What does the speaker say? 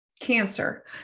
cancer